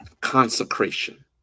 Consecration